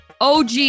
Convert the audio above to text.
og